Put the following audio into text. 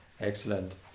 excellent